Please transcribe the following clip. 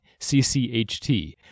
CCHT